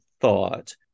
thought